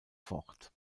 fort